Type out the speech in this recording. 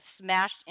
smashed